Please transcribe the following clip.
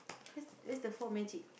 that's that's the full magic